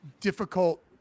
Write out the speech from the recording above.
difficult